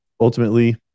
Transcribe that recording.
ultimately